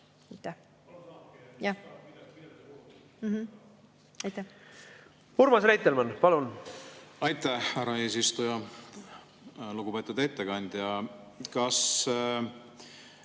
Jah. Urmas Reitelmann, palun! Aitäh, härra eesistuja! Lugupeetud ettekandja! Kas